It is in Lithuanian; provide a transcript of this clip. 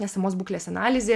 esamos būklės analizė